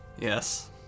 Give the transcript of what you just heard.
Yes